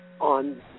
On